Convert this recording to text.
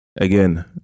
Again